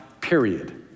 period